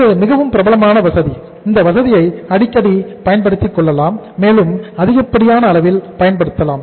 இது மிகவும் பிரபலமான வசதி இந்த வசதியை அடிக்கடி பயன்படுத்திக் கொள்ளலாம் மேலும் அதிகப்படியான அளவில் பயன்படுத்தலாம்